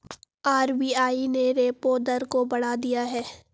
RBI ने repo दर को बढ़ा दिया है